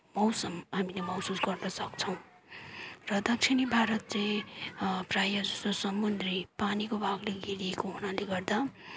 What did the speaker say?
मौसम हामीले महसुस गर्नसक्छौँ र दक्षिणी भारत चाहिँ प्रायः स समुद्री पानीको भावले घेरिएको हुनाले गर्दा